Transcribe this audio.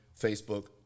Facebook